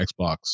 Xbox